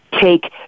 take